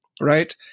right